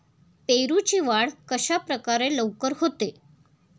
पेरूची वाढ कशाप्रकारे लवकर होते?